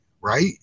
right